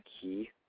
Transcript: key